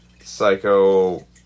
psycho